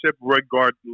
regardless